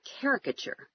caricature